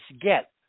get